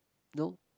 no